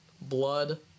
blood